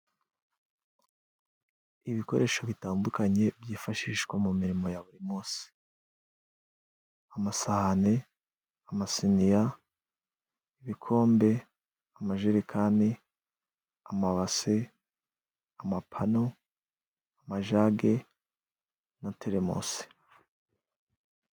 Ibikoresho bitandukanye byifashishwa mu mirimo ya buri musi: Amasahane, amasiniya, ibikombe ,amajerekani, amabase, amapanu, amajage na Telemosi.